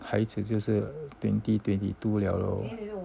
孩子就是 twenty twenty two 了咯